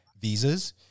visas